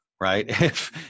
right